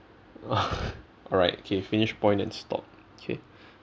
alright okay finish point and stop okay